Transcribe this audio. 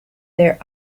their